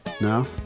no